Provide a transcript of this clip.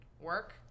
work